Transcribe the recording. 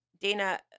Dana